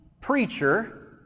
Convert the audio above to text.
preacher